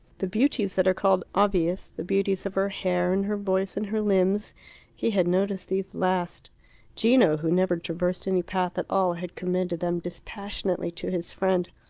the beauties that are called obvious the beauties of her hair and her voice and her limbs he had noticed these last gino, who never traversed any path at all, had commended them dispassionately to his friend.